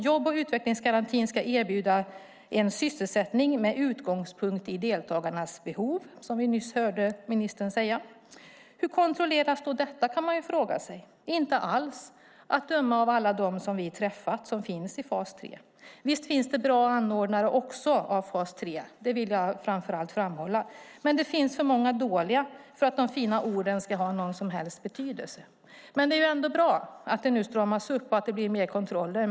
Jobb och utvecklingsgarantin ska erbjuda en sysselsättning med utgångspunkt i deltagarnas behov, hörde vi nyss ministern säga. Hur kontrolleras detta, kan man fråga sig. Inte alls, att döma av alla dem som vi har träffat som finns i fas 3. Visst finns det bra anordnare av fas 3 också. Det vill jag framför allt framhålla, men det finns för många dåliga för att de fina orden ska ha någon som helst betydelse. Det är ändå bra att det nu stramas upp och att det blir fler kontroller.